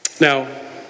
Now